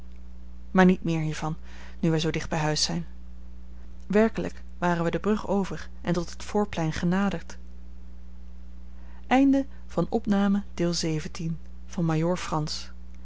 maar niet meer hiervan nu wij zoo dicht bij huis zijn werkelijk waren wij de brug over en tot het voorplein genaderd er was